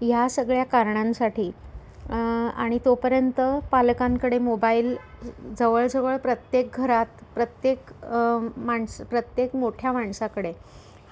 ह्या सगळ्या कारणांसाठी आणि तोपर्यंत पालकांकडे मोबाईल जवळजवळ प्रत्येक घरात प्रत्येक माणसं प्रत्येक मोठ्या माणसाकडे